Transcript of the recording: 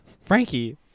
Frankie